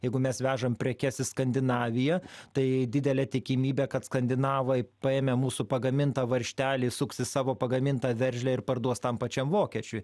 jeigu mes vežam prekes į skandinaviją tai didelė tikimybė kad skandinavai paėmę mūsų pagamintą varžtelį suksis savo pagamintą veržlę ir parduos tam pačiam vokiečiui